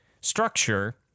structure